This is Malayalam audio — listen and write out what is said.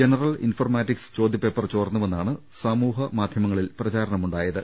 ജനറൽ ഇൻഫർമാറ്റിക്സ് ചോദ്യപേപ്പർ ചോർന്നുവെന്നാണ് സാമൂഹ്യമാധ്യമങ്ങളിൽ പ്രചാരണമുണ്ടായത്